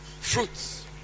Fruits